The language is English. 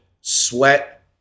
sweat